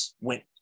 went